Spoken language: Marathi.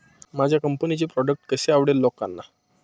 माझ्या कंपनीचे प्रॉडक्ट कसे आवडेल लोकांना?